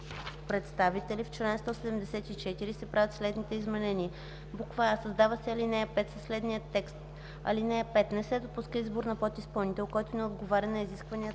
представители: „В чл. 174 се правят следните изменения: а) създава се алинея 5 със следния текст: „(5) Не се допуска избор на подизпълнител, който не отговаря на изискванията